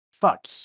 Fuck